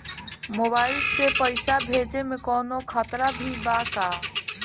Mobile से पैसा भेजे मे कौनों खतरा भी बा का?